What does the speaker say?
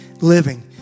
living